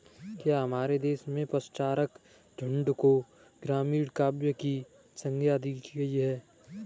क्या हमारे देश में पशुचारक झुंड को ग्रामीण काव्य की संज्ञा दी गई है?